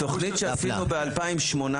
התכנית שעשינו ב-2018